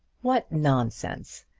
what nonsense!